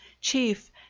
chief